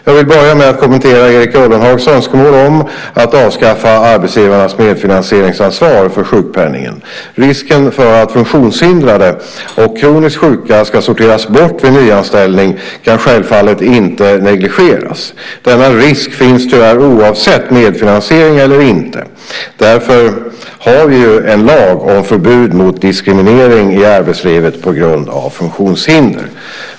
Jag vill börja med att kommentera Erik Ullenhags önskemål om att avskaffa arbetsgivarnas medfinansieringsansvar för sjukpenningen. Risken för att funktionshindrade och kroniskt sjuka ska sorteras bort vid nyanställning kan självfallet inte negligeras. Denna risk finns tyvärr oavsett medfinansiering eller inte. Det är därför vi har en lag om förbud mot diskriminering i arbetslivet på grund av funktionshinder.